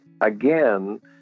Again